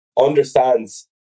understands